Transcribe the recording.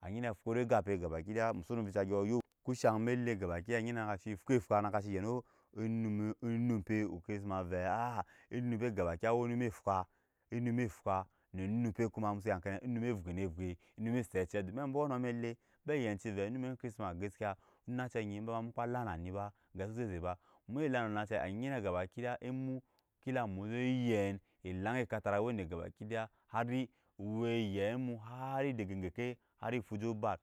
anyine fune gape kabakidya mu sono gyo vica yo ko sha me le gabakidya anyine hashi fwɛ fwa na ka ci yeno onumo onumpe ochrisma vɛ aa onumpe gabakdya we onume fwa enume fwa onum pe koma muso ya ke ne we onume vɛne vei onume se oce domi ombɔ bɔno mele be yeci vɛ onume chriisma kaskiya oonacɛ nyi eba ma mukpci onacɛ nyi eba ma mukpa la nani ba ove so zeze ba mye la no ona ɛ anyine ka ba kidaga emu kila mu ze yen ela ekatara weda gabakidaya ela ekakara weda gabakida ya habi we yen mu hari dege geke hari fo mu ju obat